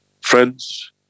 Friends